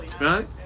Right